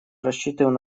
рассчитываю